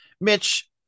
Mitch